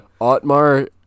Otmar